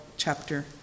chapter